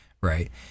right